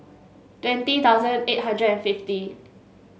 twenty thousand eight hundred and fifty